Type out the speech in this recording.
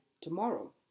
tomorrow